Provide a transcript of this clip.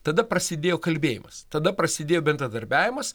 tada prasidėjo kalbėjimas tada prasidėjo bendradarbiavimas